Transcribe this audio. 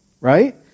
Right